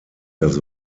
das